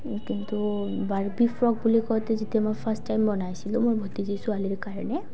কিন্তু Barbie frock বুলি কওঁতে যেতিয়া মই ফাৰ্ষ্ট টাইম বনাইছিলোঁ মই ভতিজী ছোৱালীৰ কাৰণে